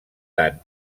tant